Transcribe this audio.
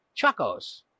chocos